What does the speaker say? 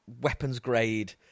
weapons-grade